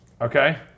Okay